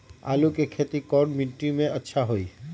आलु के खेती कौन मिट्टी में अच्छा होइ?